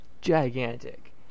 gigantic